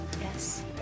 Yes